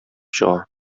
чыга